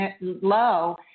low